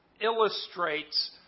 illustrates